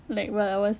like while I was